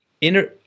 Inner